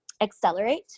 accelerate